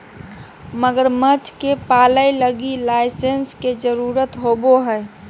मगरमच्छ के पालय लगी लाइसेंस के जरुरत होवो हइ